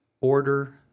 order